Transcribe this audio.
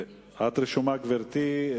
גברתי,